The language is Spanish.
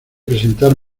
presentar